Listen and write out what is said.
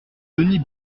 denis